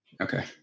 Okay